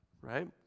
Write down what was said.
right